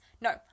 No